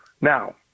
Now